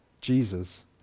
Jesus